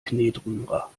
knetrührer